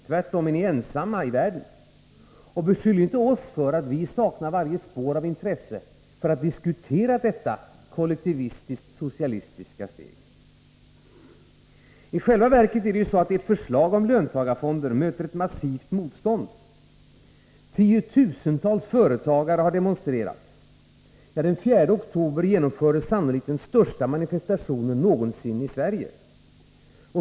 Tvärtom är ni ensamma i världen om detta. Och beskyll inte oss för att sakna varje spår av intresse för att diskutera detta kollektivistiskt-socialistiska steg! Ert förslag om löntagarfonder möter i själva verket ett massivt motstånd. Tiotusentals företagare har demonstrerat — den 4 oktober genomfördes sannolikt den största manifestationen någonsin i Sverige.